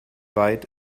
weit